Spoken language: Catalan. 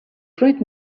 fruit